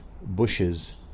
bushes